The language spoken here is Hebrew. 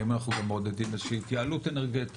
האם אנחנו מעודדים איזו שהיא התייעלות אנרגטית.